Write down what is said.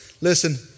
Listen